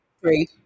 three